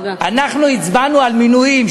אנחנו הצבענו על מינויים.